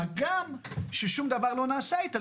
מה גם ששום דבר לא נעשה איתה.